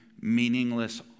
meaningless